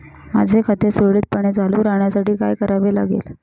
माझे खाते सुरळीतपणे चालू राहण्यासाठी काय करावे लागेल?